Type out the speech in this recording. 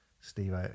steve